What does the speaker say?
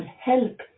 help